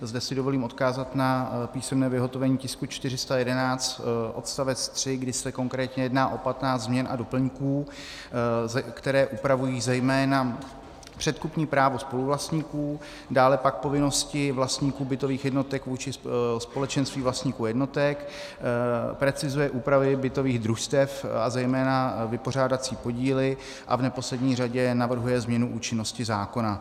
Zde si dovolím odkázat na písemné vyhotovení tisku 411 odst. 3, kde se konkrétně jedná o 15 změn a doplňků, které upravují zejména předkupní právo spoluvlastníků, dále pak povinnosti vlastníků bytových jednotek vůči společenství vlastníků a jednotek, precizuje úpravy bytových družstev a zejména vypořádací podíly a v neposlední řadě navrhuje změnu účinnosti zákona.